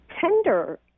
tender